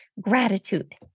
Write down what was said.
gratitude